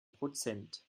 prozent